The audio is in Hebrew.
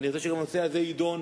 ואני רוצה שגם הנושא הזה יידון,